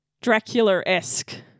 Dracula-esque